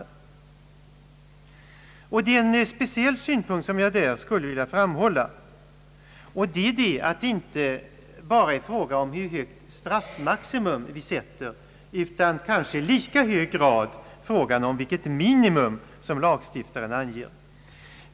Det är därvid en speciell synpunkt som jag här skulle vilja framhålla, och det är att det inte bara är fråga om hur högt straffmaximum utan kanske i lika hög grad fråga om vilket minimum som lagstiftaren anger.